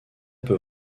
peu